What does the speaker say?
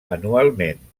anualment